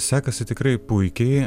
sekasi tikrai puikiai